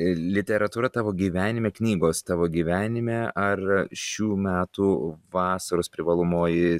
literatūra tavo gyvenime knygos tavo gyvenime ar šių metų vasaros privalomoji